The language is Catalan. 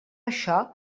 això